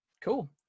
Cool